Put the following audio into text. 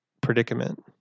predicament